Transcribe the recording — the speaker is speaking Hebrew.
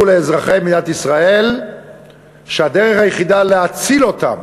לאזרחי מדינת ישראל שהדרך היחידה להציל אותם